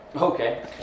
Okay